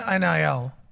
NIL